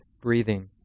breathing